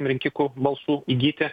rinkikų balsų įgyti